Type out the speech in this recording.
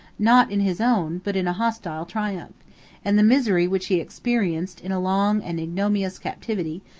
not in his own, but in a hostile triumph and the misery which he experienced, in a long and ignominious captivity,